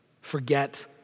forget